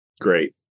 great